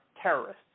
terrorists